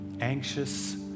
anxious